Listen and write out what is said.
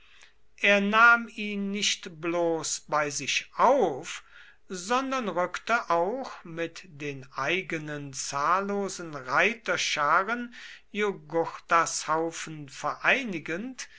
er nahm ihn nicht bloß bei sich auf sondern rückte auch mit den eigenen zahllosen reiterscharen jugurthas haufen vereinigend